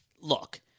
look